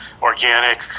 organic